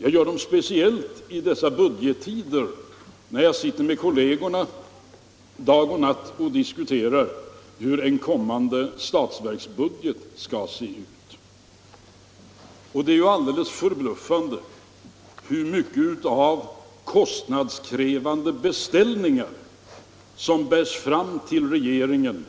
Jag gör dem speciellt i dessa budgettider när jag sitter med kollegerna dag och natt och diskuterar hur en kommande statsverksbudget skall se ut. Det är alldeles förbluffande hur mycket av kostnadskrävande beställningar som bärs fram till regeringen